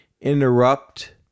interrupt